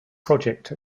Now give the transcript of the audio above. project